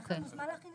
זה יכול לעזור.